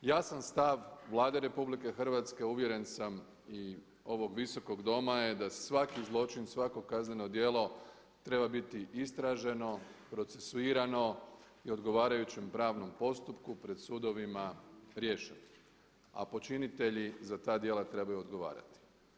Ja sam stav Vlade RH uvjeren sam i ovog Visokog doma je da se svaki zločin, svako kazneno djelo treba biti istraženo, procesuirano i odgovarajućem pravnom postupku pred sudovima riješeno, a počinitelji za ta djela trebaju odgovarati.